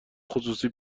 خصوصی